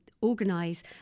organise